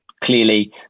clearly